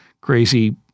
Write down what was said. crazy